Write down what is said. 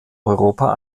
europa